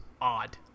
odd